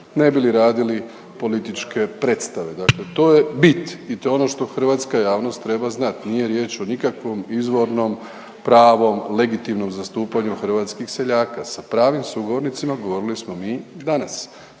ne bi li radili političke predstave. Dakle to je bit i to je ono što hrvatska javnost treba znati, nije riječ o nikakvom izvornom pravom legitimnom zastupanju hrvatskih seljaka. Sa pravim sugovornicima govorili smo mi danas.